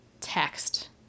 text